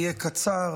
אהיה קצר.